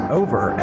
over